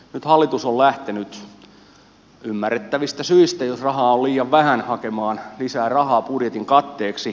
nyt hallitus on lähtenyt ymmärrettävistä syistä jos rahaa on liian vähän hakemaan lisää rahaa budjetin katteeksi